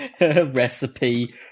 recipe